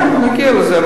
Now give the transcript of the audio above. כן, נגיע לזה.